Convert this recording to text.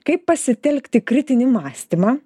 kaip pasitelkti kritinį mąstymą